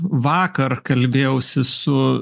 vakar kalbėjausi su